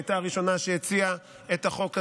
שהייתה הראשונה שהציעה את החוק הזה,